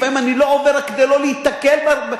לפעמים אני לא עובר רק כדי לא להיתקל בהם,